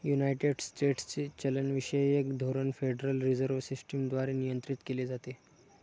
United स्टेट्सचे चलनविषयक धोरण फेडरल रिझर्व्ह सिस्टम द्वारे नियंत्रित केले जाते